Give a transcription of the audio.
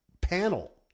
panel